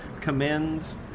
commends